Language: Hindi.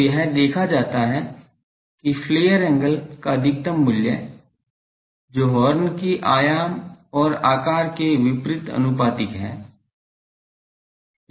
तो यह देखा जाता है कि फ्लेयर एंगल का अधिकतम मूल्य जो हॉर्न के आयाम और आकार के विपरीत आनुपातिक है